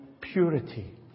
purity